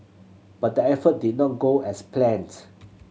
but the effort did not go as plans